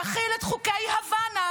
תחיל את חוקי הוואנה